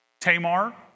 Tamar